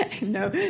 No